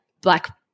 black